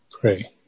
pray